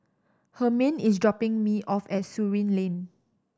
Hermann is dropping me off at Surin Lane